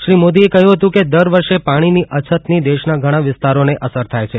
શ્રી મોદીએ કહ્યું હતું કે દર વર્ષે પાણીની અછતની દેશના ઘણા વિસ્તારોને અસર થાય છે